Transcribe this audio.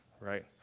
right